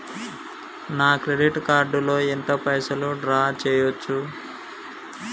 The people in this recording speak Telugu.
నా క్రెడిట్ కార్డ్ లో ఎంత పైసల్ డ్రా చేయచ్చు?